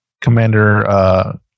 Commander